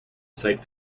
site